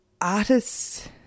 artists